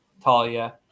Talia